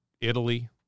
Italy